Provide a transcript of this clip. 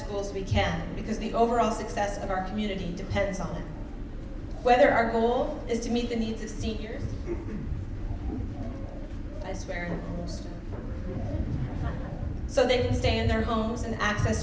schools we can because the overall success of our community depends on whether our goal is to meet the needs of seniors as for so they could stay in their homes and access